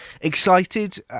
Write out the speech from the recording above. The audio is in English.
excited